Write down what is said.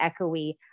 echoey